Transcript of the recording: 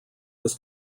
was